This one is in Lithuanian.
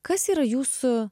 kas yra jūsų